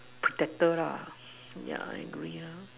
protector lah yeah I agree lor